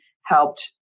helped